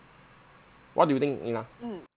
what do you think nina